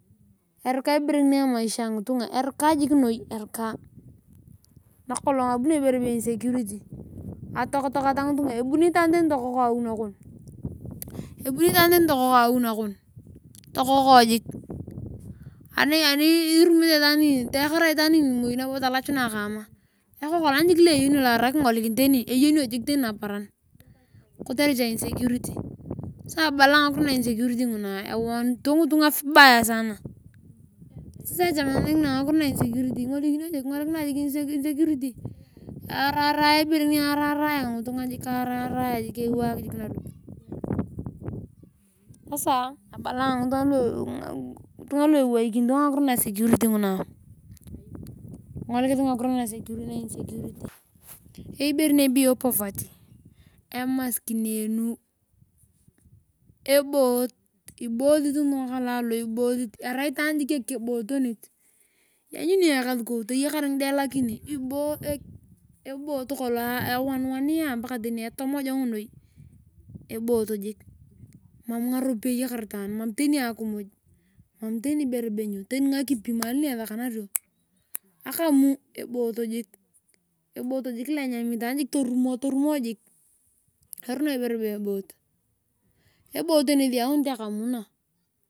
Erika ibere ngini emaisha angitunga erika jik noi ejika nakolongabunio iberebe insecurity atoaka ngitunga obuni itaan tokoko awi nakon ani irumunete itaani ngini tayakara nabo moi talachunae kama ekokolan jik lo arai kingolikin eyenio jik tsni naparan kotere cha insecurity sasa abala ayong ngakiro na insecurity nguna ewanito ngitunga vibaya saana echa. akina ingdikinio ngakiro nguna araraeariarao ibere ngitunga ewaak jiik nalup abala ngitunga lu eweikinito ngakiro na security ngana kingolokis ngakiro nguna eyei ibere ni eneyo poverty emaskinen eboot ibosit ngitunga kalalo arai itaan jiik ekebootonit lanyuni iyong ekasukout eyakar ngido lakini awanwania eboot saana etomojong noi mam ngaropiyae eyakar itaan mam tani akimuy mam tani ibere ba nyo tani ngaki mahali ne esakario akamu eboot jiik lo enyami itaan torumo erono ibere be eboot jiik lo enyami itaan torumo erono ibere be eboot eboot tani eyaunit akamu na.